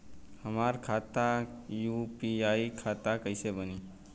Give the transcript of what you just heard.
हमार खाता यू.पी.आई खाता कईसे बनी?